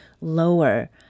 lower